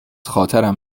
خاطرم